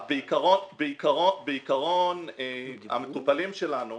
בעיקרון המטופלים שלנו,